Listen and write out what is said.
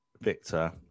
Victor